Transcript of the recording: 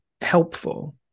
helpful